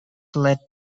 led